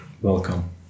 Welcome